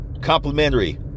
Complimentary